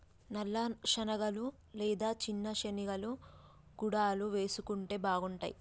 నల్ల శనగలు లేదా చిన్న శెనిగలు గుడాలు వేసుకుంటే బాగుంటాయ్